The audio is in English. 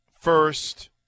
first